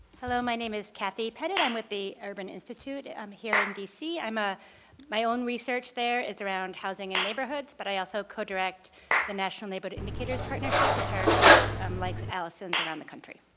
hello, my name is cathy pettit um with the urban institute um here in d c. ah my own research there is around housing and neighborhoods but i also codirect the national neighborhood indicators partnership which are groups um like allison's around the country.